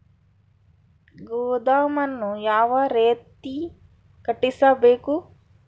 ಗೋದಾಮನ್ನು ಯಾವ ರೇತಿ ಕಟ್ಟಿಸಬೇಕು?